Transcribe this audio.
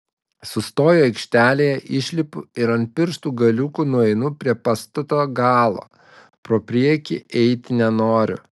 sustoju aikštelėje išlipu ir ant pirštų galiukų nueinu prie pastato galo pro priekį eiti nenoriu